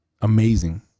amazing